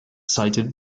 cited